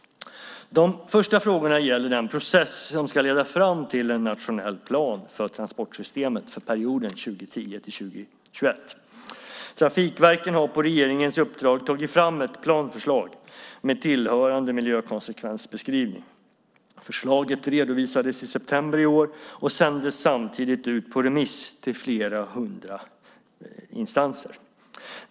De första frågorna gäller den process som ska leda fram till en nationell plan för transportsystemet för perioden 2010-2021. Trafikverken har på regeringens uppdrag tagit fram ett planförslag med tillhörande miljökonsekvensbeskrivning. Förslaget redovisades i september i år och sändes samtidigt ut på remiss till flera hundra instanser.